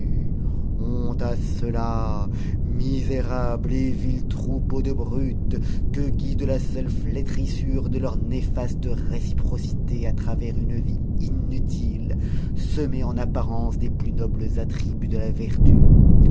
honte à ceux-là misérable et vil troupeau de brutes que guide la seule flétrissure de leur néfaste réciprocité à travers une vie inutile semée en apparence des plus nobles attributs de la vertu